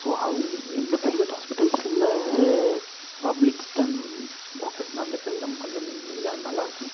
so அவங் இந்த private ஹாஸ்பிட்டல்ஸுல் பப்ளிக்ஸ்கிட்ட டாக்டர்ஸ் நடந்துக்கிற விதம் கொஞ்சம் இதாக நல்லா இருக்குது